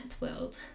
world